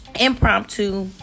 impromptu